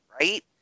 right